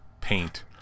paint